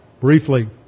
briefly